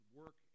work